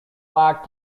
park